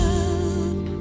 up